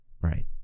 Right